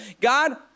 God